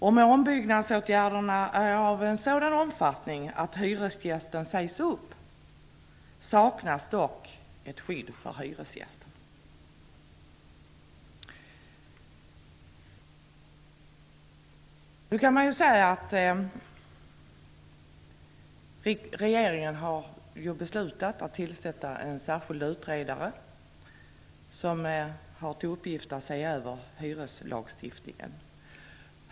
Om ombyggnadsåtgärderna är av en sådan omfattning att hyresgästen sägs upp saknas dock ett skydd för hyresgästen. Regeringen har beslutat att tillsätta en särskild utredare som har till uppgift att se över hyreslagstiftningen.